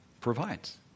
Provides